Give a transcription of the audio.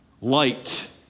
light